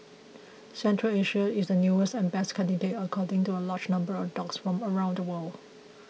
Central Asia is the newest and best candidate according to a large number of dogs from around the world